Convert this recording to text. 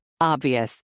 Obvious